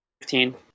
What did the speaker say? Fifteen